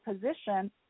position